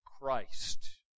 Christ